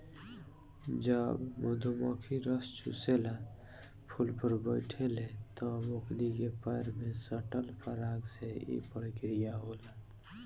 जब मधुमखी रस चुसेला फुल पर बैठे ले तब ओकनी के पैर में सटल पराग से ई प्रक्रिया होला